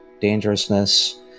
dangerousness